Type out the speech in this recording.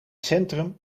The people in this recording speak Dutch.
centrum